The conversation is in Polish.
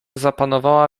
zapanowała